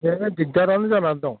बे दिगदारानो जाना दं